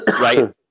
right